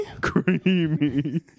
Creamy